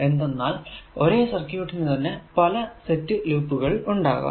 എന്തെന്നാൽ ഒരേ സർക്യൂട്ടിന് തന്നെ പല സെറ്റ് ലൂപ്പുകൾ ഉണ്ടാകാം